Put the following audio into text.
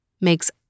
makes